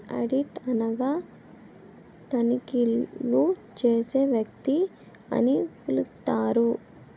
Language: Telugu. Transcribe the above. ఆడిట్ అనగా తనిఖీలు చేసే వ్యక్తి అని పిలుత్తారు